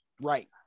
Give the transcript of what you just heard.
Right